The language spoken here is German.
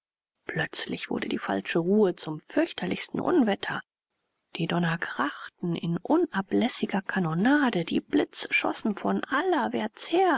plötzlich wurde die falsche ruhe zum fürchterlichsten unwetter die donner krachten in unablässiger kanonade die blitze schossen von allerwärts her